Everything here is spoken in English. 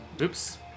Oops